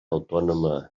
autònoma